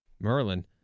Merlin